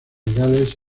legales